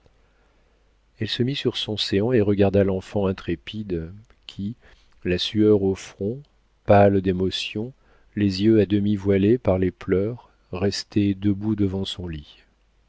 elle se mit sur son séant et regarda l'enfant intrépide qui la sueur au front pâle d'émotions les yeux à demi voilés par les pleurs restait debout devant son lit